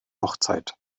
hochzeit